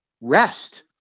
rest